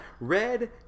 Red